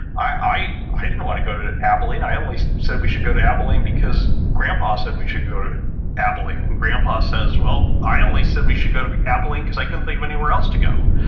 i i didn't want to go to abilene. i only said we should go to abilene, because grandpa said we should go to abilene. and grandpa says, i only said we should go to abilene, because i couldn't think of anywhere else to go.